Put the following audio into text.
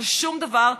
אבל שום דבר,